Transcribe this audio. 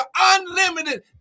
unlimited